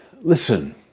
listen